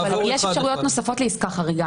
אבל יש אפשרויות נוספות לעסקה חריגה,